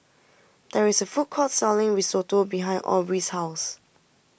there is a food court selling Risotto behind Aubrie's house